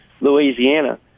Louisiana